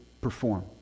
perform